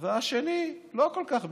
והשני לא כל כך,